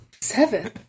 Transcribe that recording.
seven